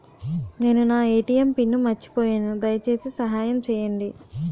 నేను నా ATM pin మర్చిపోయాను, దయచేసి సహాయం చేయండి